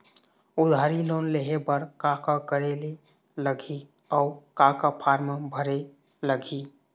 उधारी लोन लेहे बर का का करे लगही अऊ का का फार्म भरे लगही?